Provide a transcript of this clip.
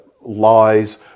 lies